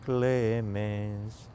Clemens